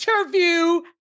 interview